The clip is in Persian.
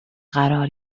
قرار